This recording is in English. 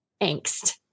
angst